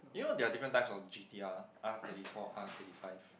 you know there are different type of G_T_R R thirty four R thirty five